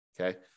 okay